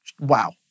Wow